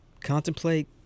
contemplate